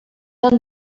han